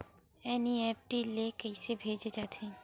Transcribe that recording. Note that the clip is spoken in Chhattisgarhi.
एन.ई.एफ.टी ले कइसे भेजे जाथे?